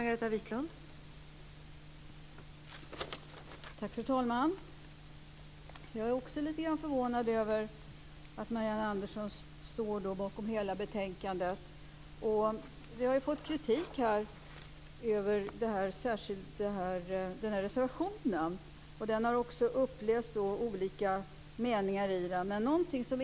Fru talman! Också jag är lite grann förvånad över att Marianne Andersson står bakom hela betänkandet. Vi har här fått kritik för vår reservation, och man har läst upp olika meningar ur den.